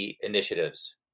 initiatives